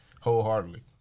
wholeheartedly